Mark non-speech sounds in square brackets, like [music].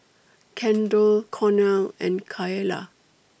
Kendall [noise] Cornel and Kaela